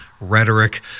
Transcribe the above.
rhetoric